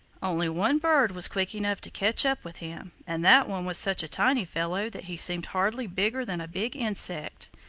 only one bird was quick enough to catch up with him and that one was such a tiny fellow that he seemed hardly bigger than a big insect.